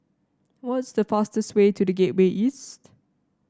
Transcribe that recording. what is the fastest way to The Gateway East